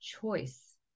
choice